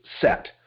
set